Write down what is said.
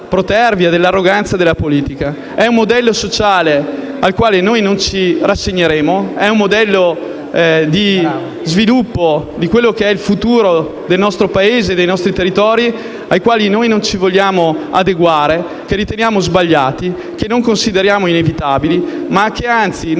dall'arroganza della politica. È un modello sociale al quale non ci rassegneremo. È un modello di sviluppo del futuro del nostro Paese e dei nostri territori al quale non ci vogliamo adeguare, che riteniamo sbagliato e che non consideriamo inevitabile. Anzi,